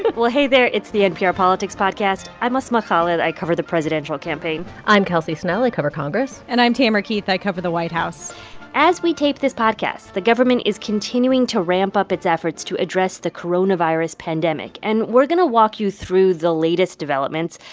but well, hey there. it's the npr politics podcast i'm asma khalid. i cover the presidential campaign i'm kelsey snell. i cover congress and i'm tamara keith. i cover the white house as we tape this podcast, the government is continuing to ramp up its efforts to address the coronavirus pandemic. and we're going to walk you through the latest developments.